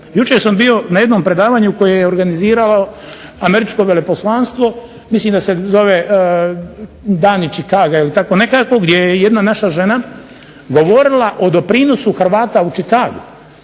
Jučer sam bio na jednom predavanju koje je organiziralo Američko veleposlanstvo, mislim da se zove "Dani Chicaga" ili tako nekako, gdje je jedna naša žena govorila o doprinosu Hrvata u Chicagu.